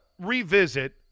revisit